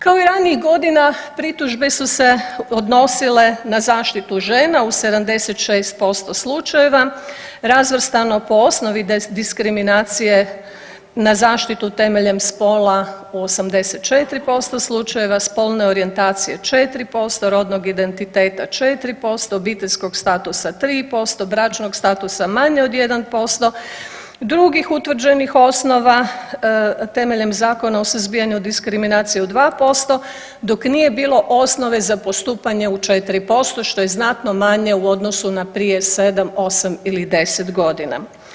Kao i ranijih godina pritužbe su se odnosile na zaštitu žena u 76% slučajeva, razvrstano po osnovi diskriminacije na zaštitu temeljem spola u 84% slučajeva, spolne orijentacije 4%, rodnog identiteta 4%, obiteljskog statusa 3%, bračnog statusa manje od 1%, drugih utvrđenih osnova temeljem Zakona o suzbijanju diskriminacije u 2%, dok nije bilo osnove za postupanje u 4%, što je znatno manje u odnosu na prije 7, 8 ili 10.g.